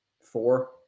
four